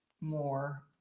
more